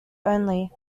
only